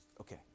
Okay